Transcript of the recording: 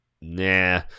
nah